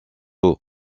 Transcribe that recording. eau